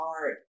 art